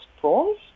prawns